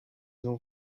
ont